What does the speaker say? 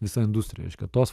visa industrija reiškia tos